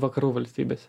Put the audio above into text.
vakarų valstybėse